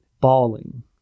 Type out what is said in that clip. bawling